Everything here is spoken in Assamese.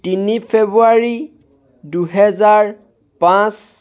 তিনি ফেব্ৰুৱাৰী দুহেজাৰ পাঁচ